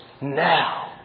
now